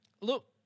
look